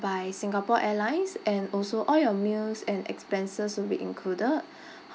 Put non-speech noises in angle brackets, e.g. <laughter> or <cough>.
by singapore airlines and also all your meals and expenses will be included <breath>